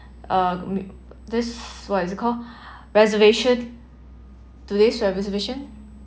uh this what is it called reservation today's reservation